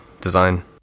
design